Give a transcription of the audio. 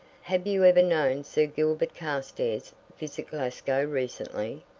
have you ever known sir gilbert carstairs visit glasgow recently?